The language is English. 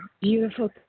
beautiful